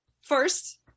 First